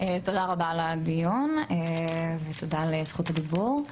תודה רבה על הדיון ותודה על זכות הדיבור,